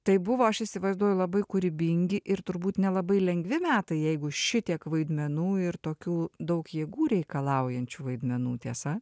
tai buvo aš įsivaizduoju labai kūrybingi ir turbūt nelabai lengvi metai jeigu šitiek vaidmenų ir tokių daug jėgų reikalaujančių vaidmenų tiesa